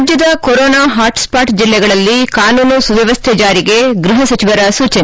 ರಾಜ್ವದ corona hotspot ಜಿಲ್ಲೆಗಳಲ್ಲಿ ಕಾನೂನು ಸುವ್ವವಸ್ಥೆ ಜಾರಿಗೆ ಗ್ಬಹ ಸಚಿವರ ಸೂಚನೆ